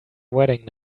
wedding